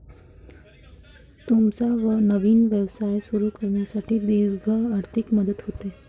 तुमचा नवीन व्यवसाय सुरू करण्यासाठी दीर्घ आर्थिक मदत होते